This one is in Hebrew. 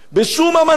בשום אמנה,